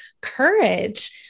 courage